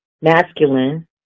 masculine